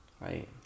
Right